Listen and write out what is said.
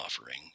offering